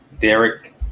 Derek